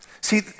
See